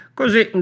così